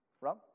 Rob